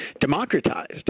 democratized